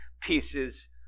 pieces